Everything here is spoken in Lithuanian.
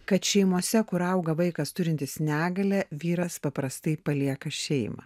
kad šeimose kur auga vaikas turintis negalią vyras paprastai palieka šeimą